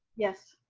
yes.